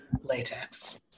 latex